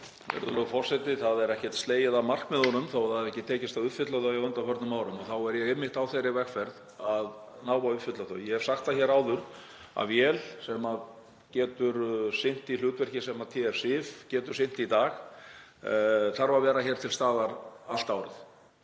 Það er ekkert slegið af markmiðunum þótt það hafi ekki tekist að uppfylla þau á undanförnum árum, ég er einmitt á þeirri vegferð að ná að uppfylla þau. Ég hef sagt það hér áður að vél sem getur sinnt því hlutverki sem TF-SIF getur sinnt í dag þarf að vera til staðar allt árið.